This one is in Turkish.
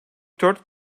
dört